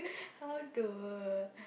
how to